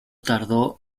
tardó